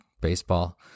baseball